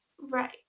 Right